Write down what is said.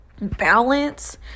balance